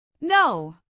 No